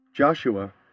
Joshua